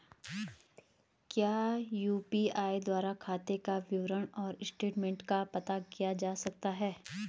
क्या यु.पी.आई द्वारा खाते का विवरण और स्टेटमेंट का पता किया जा सकता है?